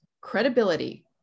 Credibility